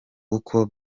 uko